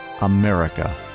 America